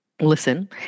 Listen